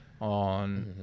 on